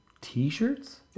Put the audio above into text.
t-shirts